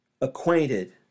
acquainted